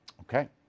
Okay